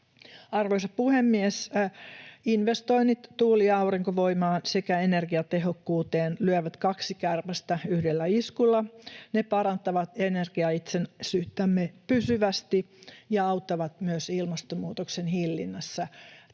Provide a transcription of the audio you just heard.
Arvoisa puhemies! Investoinnit tuuli- ja aurinkovoimaan sekä energiatehokkuuteen lyövät kaksi kärpästä yhdellä iskulla. Ne parantavat energiaitsenäisyyttämme pysyvästi ja auttavat myös ilmastonmuutoksen hillinnässä. Tämän